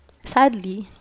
Sadly